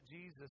Jesus